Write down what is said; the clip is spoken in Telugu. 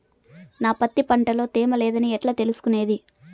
నా పత్తి పంట లో తేమ లేదని ఎట్లా తెలుసుకునేది?